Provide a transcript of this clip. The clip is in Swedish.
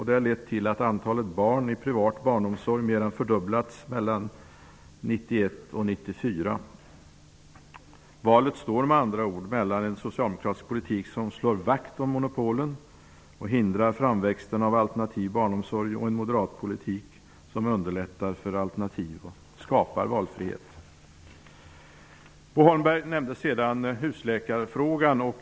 Det har lett till att antalet barn i privat barnomsorg mer än fördubblats mellan 1991 och 1994. Valet står med andra ord mellan en socialdemokratisk politik som slår vakt om monopolen och hindrar framväxten av alternativ barnomsorg och en moderat politik som underlättar för alternativ och skapar valfrihet. Bo Holmberg nämnde sedan husläkarfrågan.